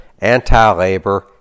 anti-labor